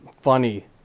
funny